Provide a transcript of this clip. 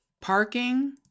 Parking